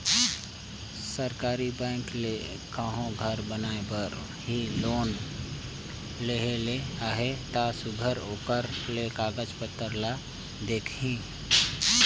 सरकारी बेंक ले कहों घर बनाए बर ही लोन लेहे ले अहे ता सुग्घर ओकर ले कागज पाथर ल देखही